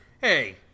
Hey